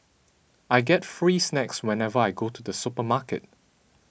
I get free snacks whenever I go to the supermarket